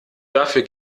dafür